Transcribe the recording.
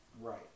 Right